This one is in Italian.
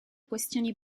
questioni